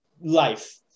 life